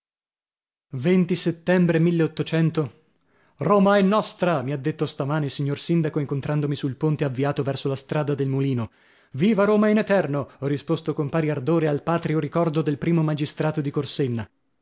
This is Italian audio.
e settembre roma è nostra mi ha detto stamane il signor sindaco incontrandomi sul ponte avviato verso la strada del mulino viva roma in eterno ho risposto con pari ardore al patrio ricordo del primo magistrato di corsenna